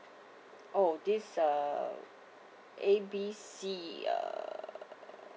oh this uh A B C uh